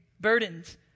burdens